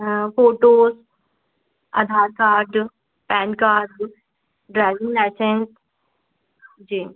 हाँ photos Aadhaar card PAN card driving licence जी